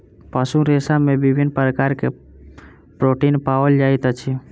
पशु रेशा में विभिन्न प्रकार के प्रोटीन पाओल जाइत अछि